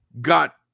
got